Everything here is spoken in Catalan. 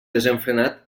desenfrenat